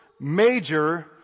major